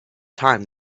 time